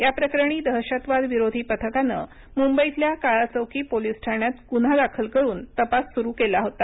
या प्रकरणी दहशतवाद विरोधी पथकानं मुंबईतल्या काळाचौकी पोलीस ठाण्यात गुन्हा दाखल करून तपास सुरु केला होता